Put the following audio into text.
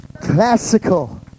classical